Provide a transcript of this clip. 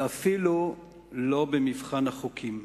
ואפילו לא במבחן החוקים.